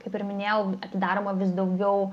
kaip ir minėjau atidaroma vis daugiau